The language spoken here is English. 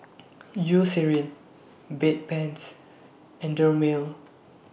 Eucerin Bedpans and Dermale